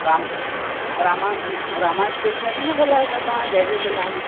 राम रामान रामा स्टेशनरी मां ॻाल्हायो था तव्हां जय झूलेलाल